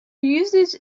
users